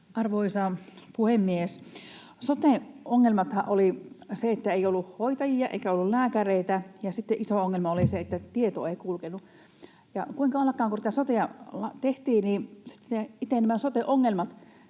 Arvoisa puhemies! Soten ongelmahan oli se, että ei ollut hoitajia eikä ollut lääkäreitä, ja sitten iso ongelma oli se, että tieto ei kulkenut. Ja kuinka ollakaan, kun tätä sotea tehtiin, niin itse nämä soten ongelmat